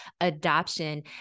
adoption